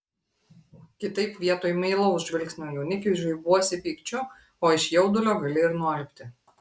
kitaip vietoj meilaus žvilgsnio jaunikiui žaibuosi pykčiu o iš jaudulio gali ir nualpti